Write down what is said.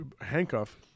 handcuff